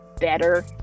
better